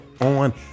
on